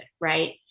right